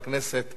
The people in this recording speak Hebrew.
איתן כבל.